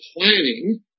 planning